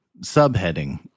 subheading